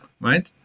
Right